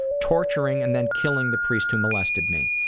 torturing and then killing the priest who molested me.